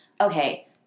okay